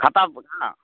ଖାତାପତ୍ର ହଁ